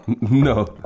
No